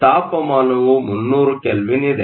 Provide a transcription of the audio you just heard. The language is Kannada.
ತಾಪಮಾನವು 300 ಕೆಲ್ವಿನ್ ಇದೆ